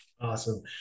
Awesome